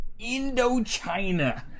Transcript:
Indochina